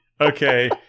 Okay